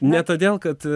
ne todėl kad